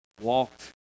Walked